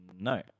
no